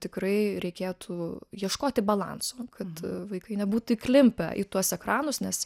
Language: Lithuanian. tikrai reikėtų ieškoti balanso kad vaikai nebūtų įklimpę į tuos ekranus nes